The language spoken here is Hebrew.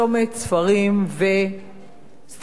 ו"סטימצקי", כאשר